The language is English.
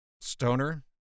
Stoner